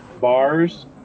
bars